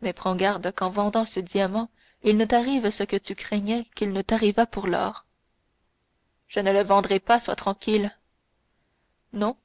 mais prends garde qu'en vendant ce diamant il ne t'arrive ce que tu craignais qu'il ne t'arrivât pour l'or je ne le vendrai pas sois tranquille non